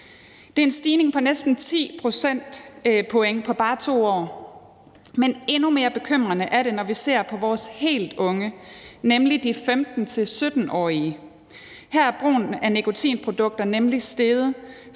Det er en stigning på næsten 10 procentpoint på bare 2 år, men endnu mere bekymrende er det, når vi ser på vores helt unge, nemlig de 15-17-årige. Her er brugen af nikotinprodukter nemlig steget